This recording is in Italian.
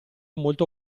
molto